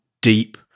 deep